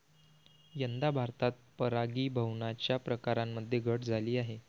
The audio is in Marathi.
यंदा भारतात परागीभवनाच्या प्रकारांमध्ये घट झाली आहे